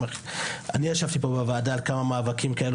אני ישבתי פה בוועדה על כמה מאבקים כאלה